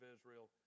Israel